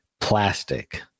plastic